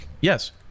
Yes